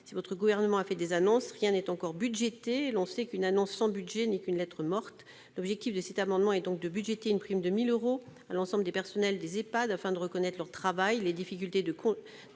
Si le Gouvernement a fait des annonces, rien n'est encore budgété. Or on sait qu'une annonce sans budget n'est que lettre morte. L'objet de cet amendement est donc de budgéter une prime de 1 000 euros destinée à l'ensemble des personnels des Ehpad afin de reconnaître leur travail, les difficiles conditions